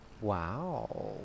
Wow